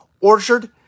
Orchard